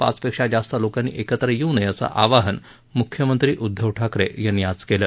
पाच पेक्षा जास्त लोकांनी एकत्र येवू नये असं आवाहन मुख्यमंत्री उद्वव ठाकरे यांनी आज केलं